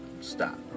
stop